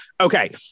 Okay